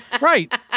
Right